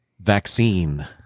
Vaccine